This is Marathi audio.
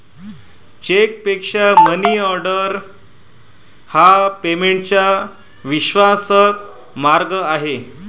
चेकपेक्षा मनीऑर्डर हा पेमेंटचा विश्वासार्ह मार्ग आहे